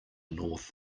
north